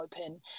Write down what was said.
open